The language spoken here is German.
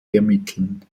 ermitteln